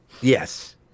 yes